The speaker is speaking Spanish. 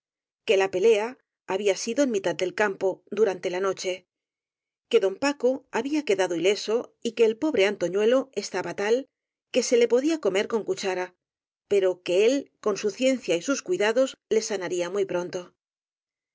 que la pelea había sido en mitad del campo du rante la noche que don paco había quedado ile so y que el pobre antoñuelo estaba tal que se le podía comer con cuchara pero que él con su ciencia y sus cuidados le sanaría muy pronto